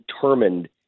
determined